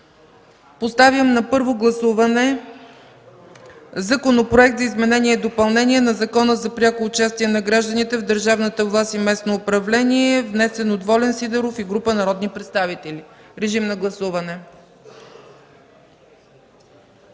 Поставям на първо гласуване Законопроект за изменение и допълнение на Закона за пряко участие на гражданите в държавната власт и местното самоуправление, внесен от Волен Сидеров и група народни представители. Гласували